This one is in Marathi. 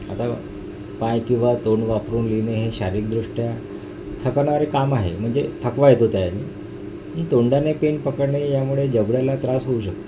आता पाय किंवा तोंड वापरून लिहिणे हे शारीरिकदृष्ट्या थकवणारे काम आहे म्हणजे थकवा येतो त्याने तोंडाने पेन पकडणे यामुळे जबड्याला त्रास होऊ शकतो